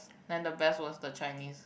and the best was the Chinese